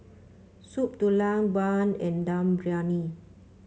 Soup Tulang bun and Dum Briyani